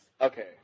Okay